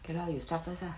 okay lah you start first ah